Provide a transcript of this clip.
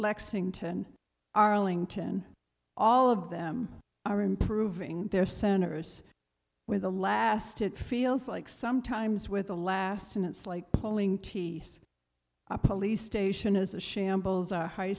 lexington arlington all of them are improving their centers where the last it feels like sometimes with the last and it's like pulling teeth a police station is a shambles our high